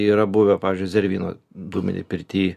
yra buvę pavyzdžiui zervynų dūminėj pirty